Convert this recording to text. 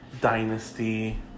dynasty